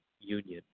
union